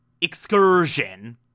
excursion